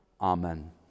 Amen